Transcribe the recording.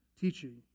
teaching